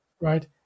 right